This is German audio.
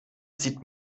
sieht